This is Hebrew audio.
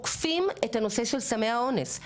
עוקפים את הנושא של סמי האונס.